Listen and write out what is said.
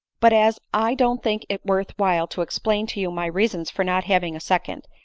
but as i don't think it worth while to explain to you my reasons for not having a second,